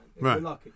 Right